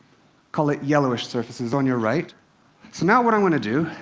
call it yellowish, surfaces on your right? so now, what i want to do,